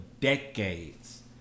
decades